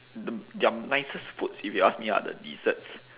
the their nicest foods if you ask me are the desserts